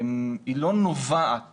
היא לא נובעת